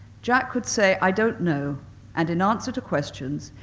jack could say, i don't know and in answr to questions,